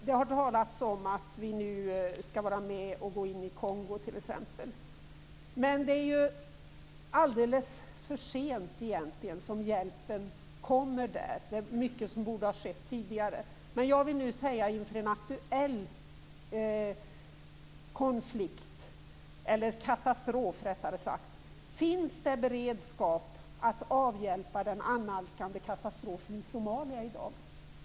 Det har talats om att vi nu skall vara med och gå in i Kongo. Men det är alldeles för sent som hjälpen kommer. Det mycket som borde ha skett tidigare. Jag vill nu inför en aktuell konflikt, rättare sagt en katastrof, fråga: Finns det beredskap att avhjälpa den annalkande katastrofen i Somalia?